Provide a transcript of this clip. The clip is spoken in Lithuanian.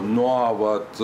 nuo vat